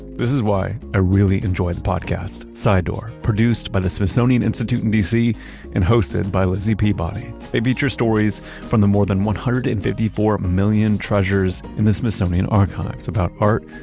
this is why i really enjoy the podcast sidedoor produced by the smithsonian institute in dc and hosted by lizzie peabody. they feature stories from the more than one hundred and fifty four million treasures in the smithsonian archives about art,